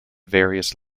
various